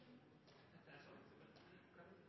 Dette er